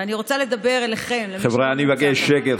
ואני רוצה לדבר אליכם, חבריי, אני מבקש שקט.